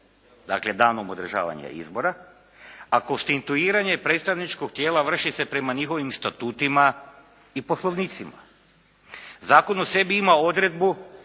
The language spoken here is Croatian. dakle danom održavanja izbora, a konstituiranje predstavničkog tijela vrši se prema njihovim statutima i poslovnicima. Zakon u sebi ima odredbu